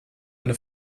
eine